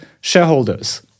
shareholders